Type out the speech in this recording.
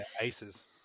aces